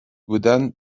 بودن